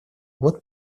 вот